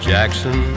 Jackson